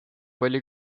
palju